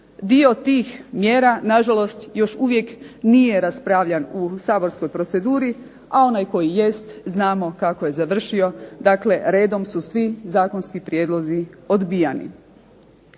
Dio tih mjera, nažalost, još uvijek nije raspravljan u saborskoj proceduri, a onaj koji jest znamo kako je završio. Dakle, redom su svi zakonski prijedlozi odbijani.